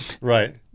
Right